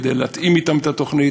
כדי להתאים אתם את התוכנית,